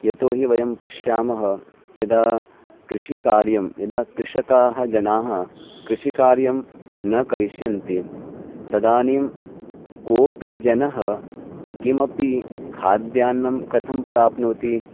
यतो हि वयं पश्यामः यदा कृषिकार्यं यदा कृषकाः जनाः कृषिकार्यं न करिष्यन्ति तदानीं कोऽपि जनः किमपि खाद्यान्नं कथं प्राप्नोति